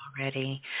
already